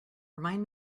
remind